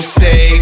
say